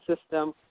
system